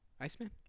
Iceman